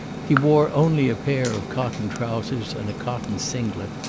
he wore only a pair of cotton trousers and a cotton singlet.